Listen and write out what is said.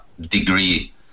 degree